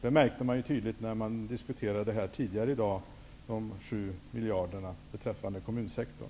Det märktes tydligt när man diskuterade de 7 miljarderna och kommunsektorn tidigare i dag.